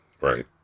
Right